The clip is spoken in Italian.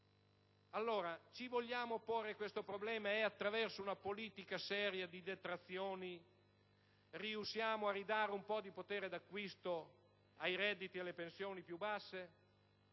quindi se vogliamo porci questo problema e, attraverso una politica seria di detrazioni, riuscire a ridare un po' di potere d'acquisto ai redditi e alle pensioni più basse,